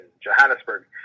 Johannesburg